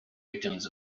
victims